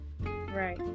Right